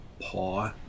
paw